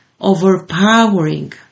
overpowering